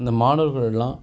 இந்த மாணவர்களெல்லாம்